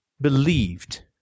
believed